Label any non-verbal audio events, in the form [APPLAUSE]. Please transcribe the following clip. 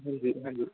[UNINTELLIGIBLE]